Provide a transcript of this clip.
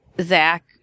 Zach